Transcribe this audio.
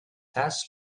cas